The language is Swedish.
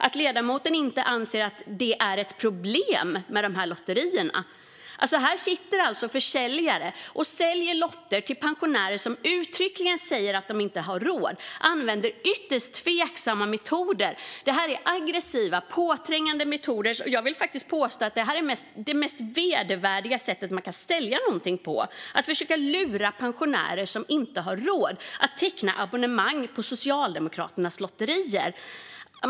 Anser ledamoten inte att det är ett problem med dessa lotterier? Här sitter alltså försäljare och säljer lotter till pensionärer som uttryckligen säger att de inte har råd. Man använder ytterst tveksamma metoder. Det är aggressiva och påträngande metoder. Jag vill faktiskt påstå att detta är det mest vedervärdiga sätt man kan sälja någonting på - att försöka lura pensionärer, som inte har råd, att teckna abonnemang på Socialdemokraternas lotter.